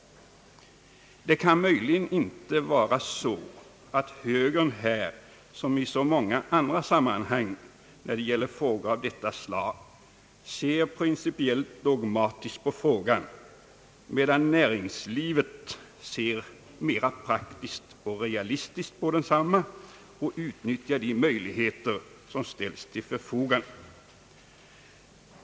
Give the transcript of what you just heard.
Det kan möjligen inte vara så, att högern här som i så många andra sammanhang när det gäller frågor av detta slag ser principiellt dogmatiskt, medan näringslivet ser mera praktiskt och realistiskt på frågan och utnyttjar de möjligheter som ställs till förfogande?